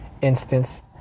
instance